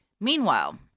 Meanwhile